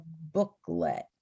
booklet